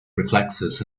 reflexes